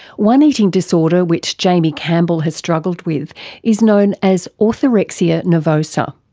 one eating disorder which jaimie campbell has struggled with is known as orthorexia nervosa.